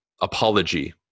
apology